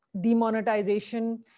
demonetization